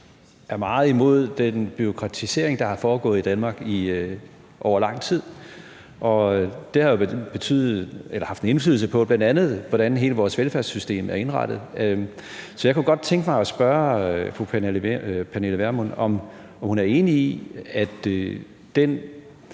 er meget imod den bureaukratisering, der har foregået i Danmark over lang tid. Det har bl.a. haft en indflydelse på, hvordan hele vores velfærdssystem er indrettet. Så jeg kunne godt tænke mig at spørge fru Pernille Vermund, om hun er enig i, at den